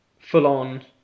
full-on